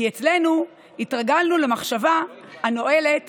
"כי אצלנו התרגלנו למחשבה הנואלת